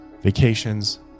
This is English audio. vacations